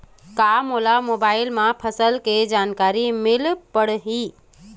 का मोला मोबाइल म फसल के जानकारी मिल पढ़ही?